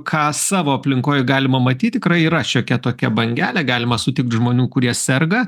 ką savo aplinkoj galima matyt tikrai yra šiokia tokia bangelė galima sutikt žmonių kurie serga